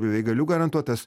beveik galiu garantuot tas